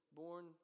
born